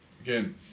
again